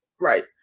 Right